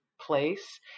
place